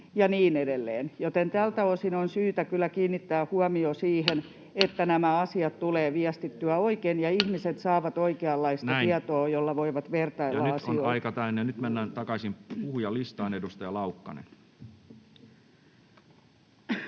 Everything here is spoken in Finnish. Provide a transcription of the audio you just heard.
ja niin edelleen, joten tältä osin on syytä kyllä kiinnittää huomio siihen, että nämä asiat tulee viestittyä oikein ja ihmiset saavat oikeanlaista tietoa, jolla voivat vertailla asioita. Näin. Ja nyt on aika täynnä. — Nyt mennään takaisin puhujalistaan. — Edustaja Laukkanen.